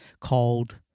called